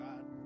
God